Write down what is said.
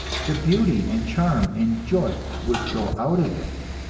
the beauty and charm and joy would go out of it,